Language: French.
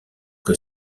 que